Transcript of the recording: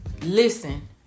Listen